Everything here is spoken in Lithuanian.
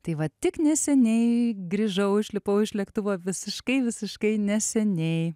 tai va tik neseniai grįžau išlipau iš lėktuvo visiškai visiškai neseniai